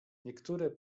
niektóre